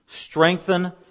Strengthen